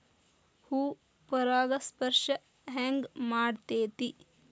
ಹೂ ಪರಾಗಸ್ಪರ್ಶ ಹೆಂಗ್ ಮಾಡ್ತೆತಿ?